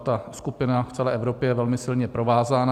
Ta skupina v celé Evropě je velmi silně provázána.